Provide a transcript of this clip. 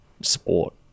sport